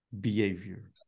behavior